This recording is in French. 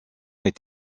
est